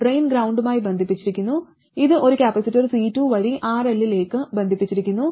drain ഗ്രൌണ്ടുമായി ബന്ധിപ്പിച്ചിരിക്കുന്നു ഇത് ഒരു കപ്പാസിറ്റർ C2 വഴി RL ലേക്ക് ബന്ധിപ്പിച്ചിരിക്കുന്നു